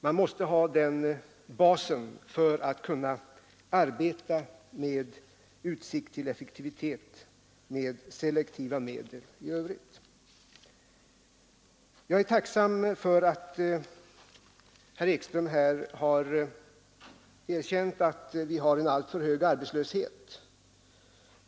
Man måste ha den basen för att med utsikt till effektivitet kunna arbeta med selektiva medel i övrigt. Jag noterade med intresse att herr Ekström här har erkänt att vi har en alltför hög arbetslöshet.